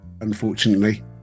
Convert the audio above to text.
unfortunately